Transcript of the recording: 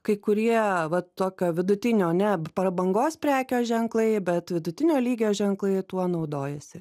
kai kurie va tokio vidutinio ne prabangos prekių ženklai bet vidutinio lygio ženklai tuo naudojasi